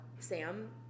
Sam